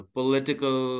Political